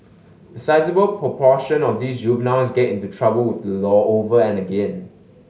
a sizeable proportion of these juveniles get into trouble with the law over and again